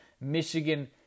Michigan